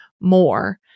more